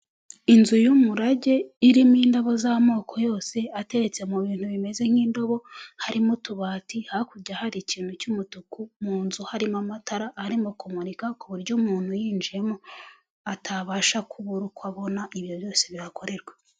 Inzu y'umurage irimo indabo z'amoko yose, ateretse mu bintu bimeze nk'indobo, harimo utubati, hakurya hari ikintu cy'umutuku, mu nzu harimo amatara arimo kumurika, ku buryo umuntu yinjiyemo atabasha kubura uko abona ibyo byose bihakorerwa.